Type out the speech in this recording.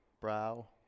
brow